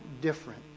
different